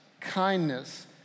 kindness